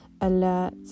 alert